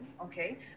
okay